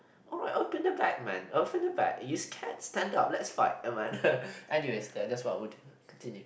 oh like open the bag man open the bag you can stand up let's fight am I anyway that's what I would do continue